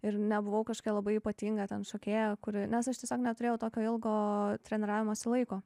ir nebuvau kažkokia labai ypatinga ta šokėja kuri nes aš tiesiog neturėjau tokio ilgo treniravimosi laiko